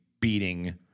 beating